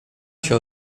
się